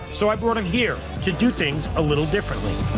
so, i brought him here to do things a little differently.